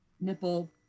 nipple